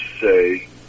say